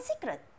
secret